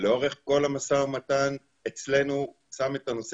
לאורך כל המשא ומתן אצלנו הוא שם את הנושא